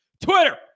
Twitter